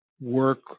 work